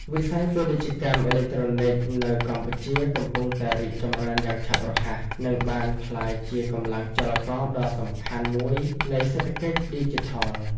វិស័យពាណិជ្ជកម្មអេឡិចត្រូនិក នៅកម្ពុជាកំពុងតែរីកចម្រើនយ៉ាងឆាប់រហ័ស និងបានក្លាយជាកម្លាំងចលករដ៏សំខាន់មួយនៃសេដ្ឋកិច្ចឌីជីថល។